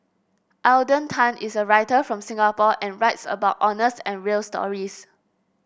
Alden Tan is a writer from Singapore and writes about honest and real stories